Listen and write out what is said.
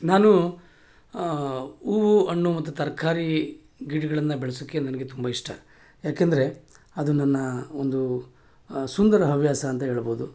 ನಾನು ಹೂವು ಹಣ್ಣು ಮತ್ತು ತರಕಾರಿ ಗಿಡಗಳನ್ನ ಬೆಳೆಸೋಕೆ ನನಗೆ ತುಂಬ ಇಷ್ಟ ಯಾಕೆಂದರೆ ಅದು ನನ್ನ ಒಂದು ಸುಂದರ ಹವ್ಯಾಸ ಅಂತ ಹೇಳ್ಬೋದು